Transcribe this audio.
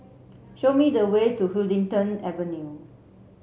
show me the way to Huddington Avenue